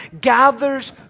gathers